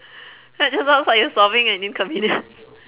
that just sounds like you're solving an inconvenience